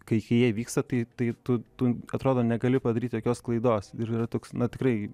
kai jie vyksta tai ta tu tu atrodo negali padaryt jokios klaidos ir yra toks na tikrai